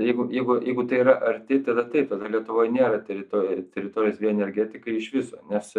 jeigu jeigu jeigu tai yra arti tai yra taip lietuvoj nėra terito teritorijos bioenergetikai iš viso nes